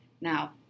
Now